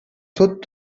sud